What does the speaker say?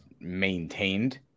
maintained